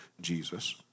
Jesus